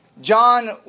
John